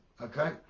okay